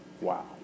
Wow